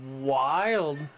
wild